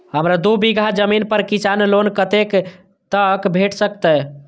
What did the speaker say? हमरा दूय बीगहा जमीन पर किसान लोन कतेक तक भेट सकतै?